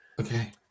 okay